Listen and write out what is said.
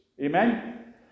amen